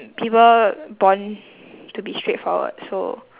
people born to be straightforward so